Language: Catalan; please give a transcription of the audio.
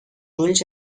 ulls